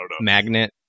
Magnet